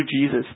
Jesus